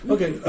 Okay